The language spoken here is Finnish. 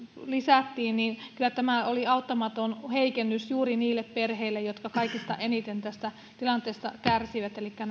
lisättiin niin kyllä tämä oli auttamaton heikennys juuri niille perheille jotka kaikista eniten tästä tilanteesta kärsivät elikkä